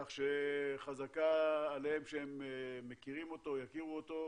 כך שחזקה עליהם שהם מכירים אותו, יכירו אותו,